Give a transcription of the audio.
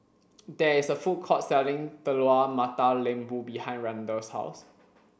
there is a food court selling Telur Mata Lembu behind Randall's house